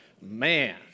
Man